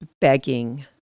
begging